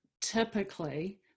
typically